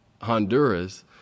Honduras